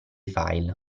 file